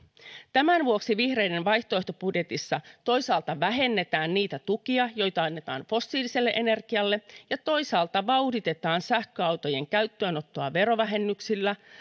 tämän vuoksi vihreiden vaihtoehtobudjetissa toisaalta vähennetään niitä tukia joita annetaan fossiiliselle energialle ja toisaalta vauhditetaan sähköautojen käyttöönottoa verovähennyksillä